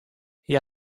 hja